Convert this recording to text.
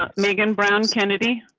um megan brown kennedy.